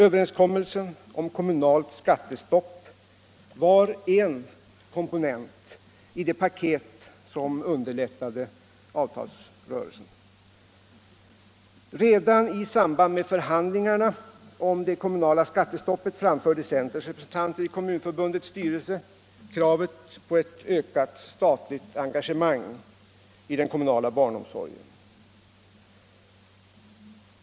Överenskommelsen om kommunalt skattestopp var en komponent i det paket som underlättade avtalsrörelsen. Redan i samband med förhandlingarna om det kommunala skattestoppet framförde centerns representanter i Kommunförbundets styrelse kravet på ett ökat statligt engagemang i den kommunala barnomsorgen.